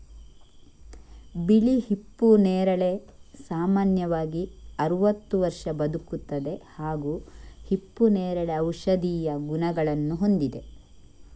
ಬಿಳಿ ಹಿಪ್ಪು ನೇರಳೆ ಸಾಮಾನ್ಯವಾಗಿ ಅರವತ್ತು ವರ್ಷ ಬದುಕುತ್ತದೆ ಹಾಗೂ ಹಿಪ್ಪುನೇರಳೆ ಔಷಧೀಯ ಗುಣಗಳನ್ನು ಹೊಂದಿದೆ